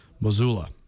Missoula